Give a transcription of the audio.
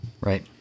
Right